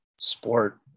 sport